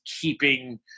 keeping